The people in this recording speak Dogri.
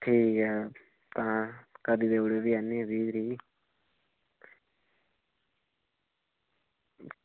ठीक ऐ तां करी देई ओड़ेओ आह्नी बीह् तरीक